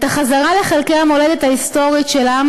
את החזרה לחלקי המולדת ההיסטורית של העם